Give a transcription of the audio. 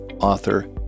author